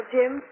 Jim